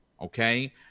Okay